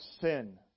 sin